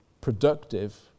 productive